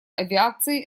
авиации